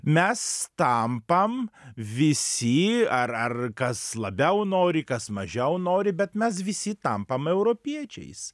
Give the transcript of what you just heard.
mes tampam visi ar ar kas labiau nori kas mažiau nori bet mes visi tampam europiečiais